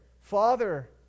Father